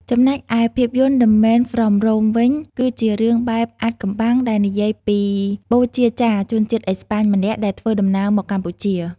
ចំណែកឯភាពយន្ត "The Man from Rome" វិញ គឺជារឿងបែបអាថ៌កំបាំងដែលនិយាយពីបូជាចារ្យជនជាតិអេស្ប៉ាញម្នាក់ដែលធ្វើដំណើរមកកម្ពុជា។